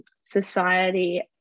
society